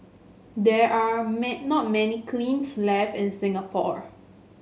there are not many kilns left in Singapore